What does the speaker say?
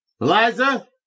Eliza